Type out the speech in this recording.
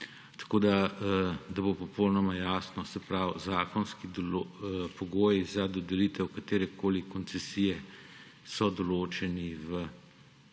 Tako da bo popolnoma jasno. Se pravi, zakonski pogoji za dodelitev katerekoli koncesije so določeni v